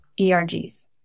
ERGs